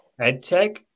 EdTech